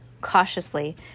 Cautiously